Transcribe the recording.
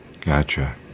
Gotcha